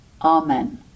Amen